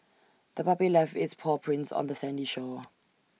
the puppy left its paw prints on the sandy shore